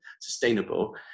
sustainable